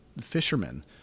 fishermen